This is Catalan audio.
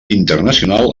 internacional